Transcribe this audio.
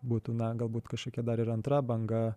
būtų na galbūt kažkokia dar ir antra banga